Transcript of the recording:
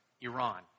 Iran